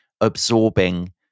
absorbing